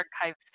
archives